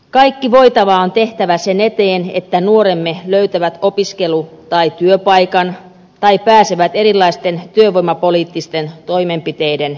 kaikki voitava on tehtävä sen eteen että nuoremme löytävät opiskelu tai työpaikan tai pääsevät erilaisten työvoimapoliittisten toimenpiteiden piiriin